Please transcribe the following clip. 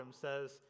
says